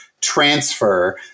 transfer